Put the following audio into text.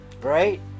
Right